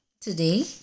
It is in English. today